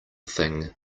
thing